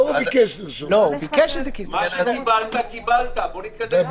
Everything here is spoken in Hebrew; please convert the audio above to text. מה שקיבלת, קיבלת, בוא נתקדם.